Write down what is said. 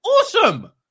Awesome